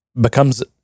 becomes